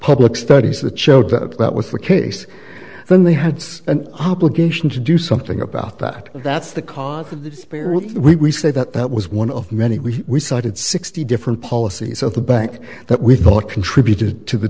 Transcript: public studies that showed that that was the case then they had an obligation to do something about that that's the cause of the spirit we said that that was one of many we cited sixty different policies of the bank that we thought contributed to the